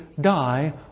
die